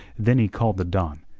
then he called the don,